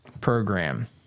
program